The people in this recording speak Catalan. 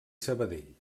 sabadell